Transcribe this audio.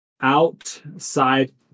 outside